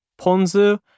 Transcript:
ponzu